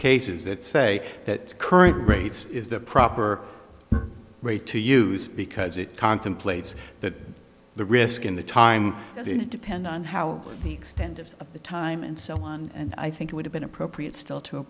cases that say that current rates is the proper rate to use because it contemplates that the risk in the time doesn't depend on how the extent of the time and so on and i think it would have been appropriate still to